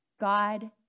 God